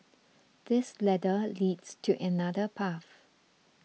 this ladder leads to another path